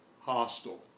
hostile